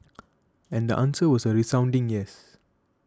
and the answer was a resounding yes